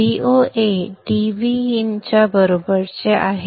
Vo हे dVin च्या बरोबरीचे आहे